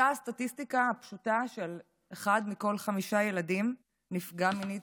אותה סטטיסטיקה פשוטה שלפיה אחד מכל חמישה ילדים נפגע מינית